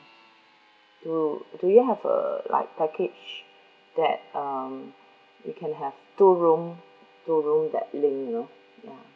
do do you have uh like package that um you can have two room two room that linked you know ya